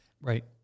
Right